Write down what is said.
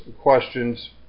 questions